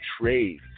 trade